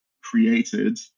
created